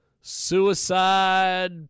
Suicide